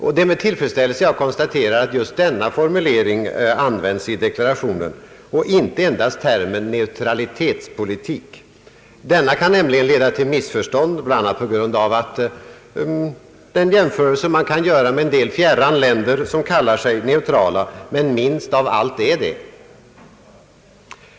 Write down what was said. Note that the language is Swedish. Det är med tillfredsställelse jag konstaterar att just denna formulering används i deklarationen och inte endast termen neutralitetspolitik. Denna kan nämligen leda till missförstånd, bl.a. på grund av den jämförelse som kan göras med en del fjärran länder som kallar sig neutrala men minst av allt är det.